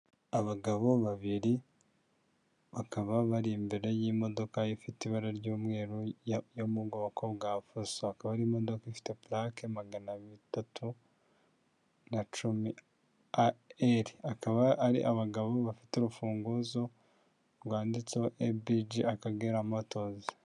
Abagabo babiri bakaba bari imbere y'imodoka ifite ibara ry'umweru yo mu bwoko fuso, akaba ari imodoka ifite purake maganatatu na cumi a eri, akaba ari abagabo bafite urufunguzo rwanditseho eyi biji, Akagera motozi.